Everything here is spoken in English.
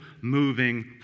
moving